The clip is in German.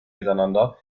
miteinander